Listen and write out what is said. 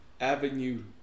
avenue